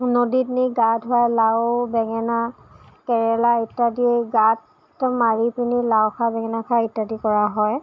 নদীত নি গা ধুৱাই লাউ বেঙেনা কেৰেলা ইত্যাদি গাত মাৰি পেনি পেলাই লাও খা বেঙেনা খা ইত্যাদি কৰা হয়